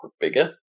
bigger